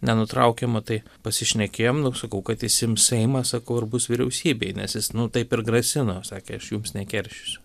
nenutraukiamo tai pasišnekėjom nu sakau kad jis ims seimą sakau ir bus vyriausybėj nes jis nu taip ir grasino sakė aš jums nekeršysiu